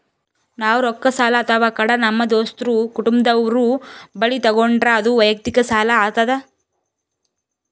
ನಾವ್ ರೊಕ್ಕ ಸಾಲ ಅಥವಾ ಕಡ ನಮ್ ದೋಸ್ತರು ಕುಟುಂಬದವ್ರು ಬಲ್ಲಿ ತಗೊಂಡ್ರ ಅದು ವಯಕ್ತಿಕ್ ಸಾಲ ಆತದ್